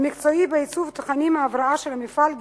ובעיצוב תוכנית ההבראה של המפעל,